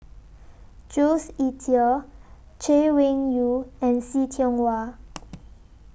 Jules Itier Chay Weng Yew and See Tiong Wah